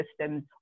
systems